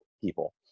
people